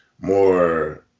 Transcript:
more